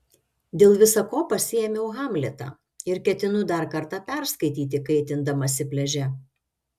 dėl visa ko pasiėmiau hamletą ir ketinu dar kartą perskaityti kaitindamasi pliaže